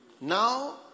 Now